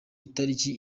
itariki